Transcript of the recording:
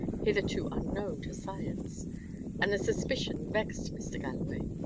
hitherto unknown to science and the suspicion vexed mr. galloway.